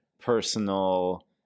personal